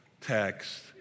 text